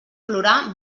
plorar